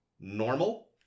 normal